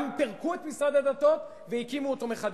גם פירקו את משרד הדתות והקימו אותו מחדש.